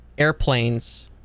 Airplanes